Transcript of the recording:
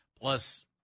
Plus